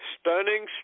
Stunning